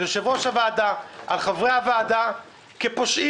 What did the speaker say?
על יושב-ראש הוועדה, על חברי הוועדה כפושעים.